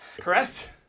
Correct